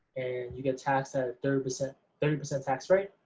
you get taxed at thirty percent thirty percent tax rate.